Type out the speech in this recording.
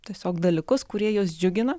tiesiog dalykus kurie juos džiugina